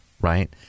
Right